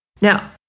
Now